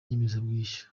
inyemezabwishyu